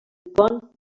pont